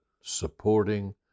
supporting